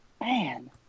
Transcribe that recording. Man